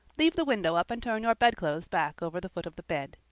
leave the window up and turn your bedclothes back over the foot of the bed.